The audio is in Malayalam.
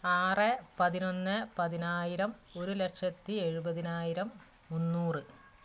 ആറ് പതിനൊന്ന് പതിനായിരം ഒരുലക്ഷത്തി എഴുപതിനായിരം മുന്നൂറ്